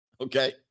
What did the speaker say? okay